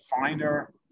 finer